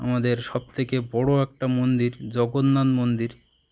আমাদের সবথেকে বড় একটা মন্দির জগন্নাথ মন্দির